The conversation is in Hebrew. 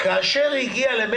כאשר היא הגיעה ל-101.5%